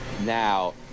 Now